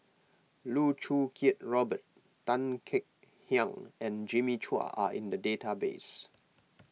Loh Choo Kiat Robert Tan Kek Hiang and Jimmy Chua are in the database